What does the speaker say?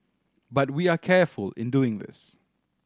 but we are careful in doing this